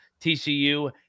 TCU